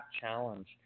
Challenge